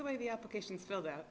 the way the application filled out